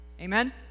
Amen